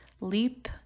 leap